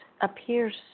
appears